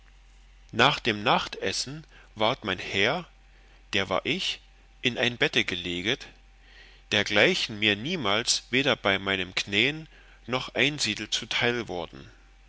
nach dem nachtessen ward mein herr der war ich in ein bette geleget dergleichen mir niemals weder bei meinem knän noch einsiedel zuteil wor